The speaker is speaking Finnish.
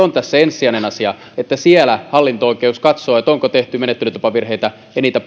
ovat tässä se ensisijainen asia että siellä hallinto oikeus katsoo onko tehty menettelytapavirheitä ja niitä